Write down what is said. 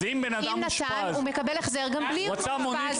אז אם בן אדם אושפז -- עם נט"ן הוא מקבל החזר גם אם לא אושפז.